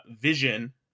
Vision